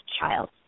child